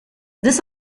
this